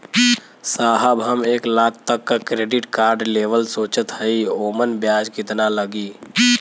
साहब हम एक लाख तक क क्रेडिट कार्ड लेवल सोचत हई ओमन ब्याज कितना लागि?